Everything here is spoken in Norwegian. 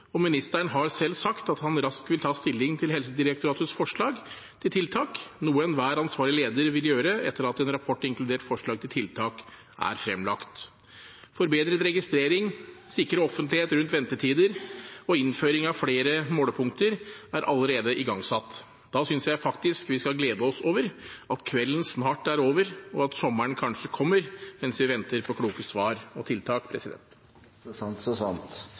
og ministeren har selv sagt at han raskt vil ta stilling til Helsedirektoratets forslag til tiltak, noe enhver ansvarlig leder vil gjøre etter at en rapport inkludert forslag til tiltak er fremlagt. Forbedret registrering, sikring av offentlighet rundt ventetider og innføring av flere målepunkter er allerede igangsatt. Da synes jeg faktisk vi skal glede oss over at kvelden snart er over, og at sommeren kanskje kommer, mens vi venter på kloke svar og tiltak. Så sant, så sant.